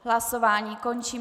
Hlasování končím.